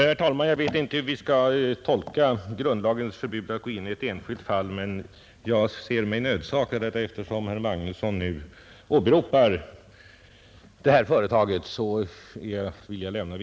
Herr talman! Jag vet inte hur vi i detta sammanhang skall tolka grundlagens förbud mot att ta upp ett enskilt fall, men jag ser mig nödsakad att nu, eftersom herr Magnusson i Borås åberopar ett visst företag, lämna en del informationer.